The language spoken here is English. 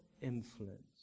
influence